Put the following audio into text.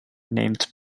named